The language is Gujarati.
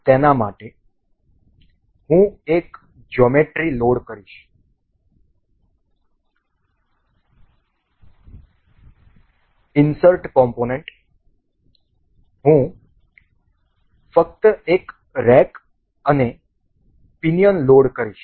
તેના માટે હું એક જ્યોમેટ્રી લોડ કરીશ ઇન્સર્ટ કોમ્પોનન્ટ હું ફક્ત એક રેક અને પિનિઅન લોડ કરીશ